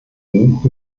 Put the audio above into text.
buch